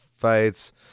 Fights